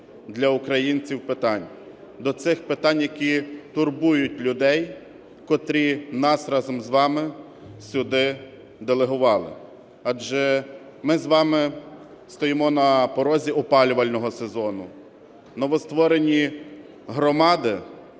для українців питань, до тих питань, які турбують людей, котрі нас разом з вами сюди делегували. Адже ми з вами стоїмо на порозі опалювального сезону. Новостворені громади,